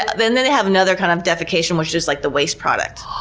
then then they have another kind of defecation, which is like the waste product.